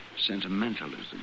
sentimentalism